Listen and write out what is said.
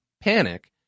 panic